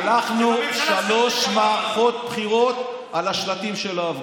הלכנו שלוש מערכות בחירות על השלטים של ההפגנות.